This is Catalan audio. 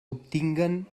obtinguen